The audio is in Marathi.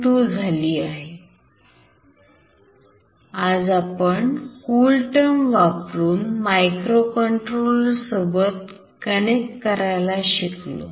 2 झाली आहे आज आपण CoolTerm वापरून microcontroller सोबत कनेक्ट करायला शिकलो